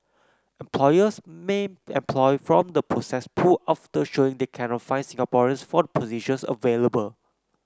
employers may employ from the processed pool after showing they cannot find Singaporeans for the positions available